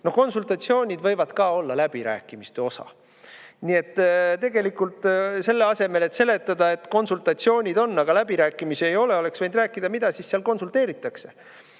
Konsultatsioonid võivad ka olla läbirääkimiste osa. Nii et tegelikult selle asemel, et seletada, et konsultatsioonid on, aga läbirääkimisi ei ole, oleks võinud rääkida, mida seal konsulteeritakse,